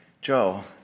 Joe